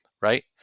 right